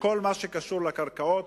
בכל מה שקשור לקרקעות,